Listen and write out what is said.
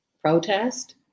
protest